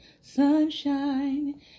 sunshine